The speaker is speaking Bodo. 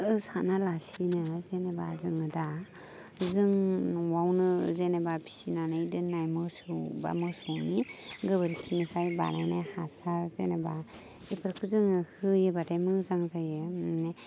सानालासिनो जेनेबा जोङो दा जों न'आवनो जेनेबा फिसिनानै दोननाय मोसौ बा मोसौनि गोबोरखिनिफ्राय बानायनाय हासार जेनेबा बेफोरखौ जोङो होयोबाथाय मोजां जायो माने